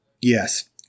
Yes